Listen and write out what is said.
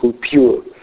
pure